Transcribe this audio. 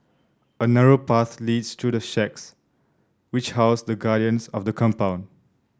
a narrow path leads to the shacks which house the guardians of the compound